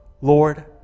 Lord